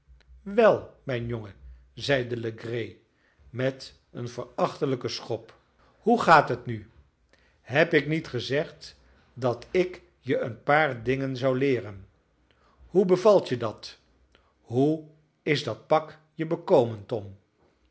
wel mijn jongen zeide legree met een verachtelijken schop hoe gaat het nu heb ik niet gezegd dat ik je een paar dingen zou leeren hoe bevalt je dat hoe is dat pak je bekomen tom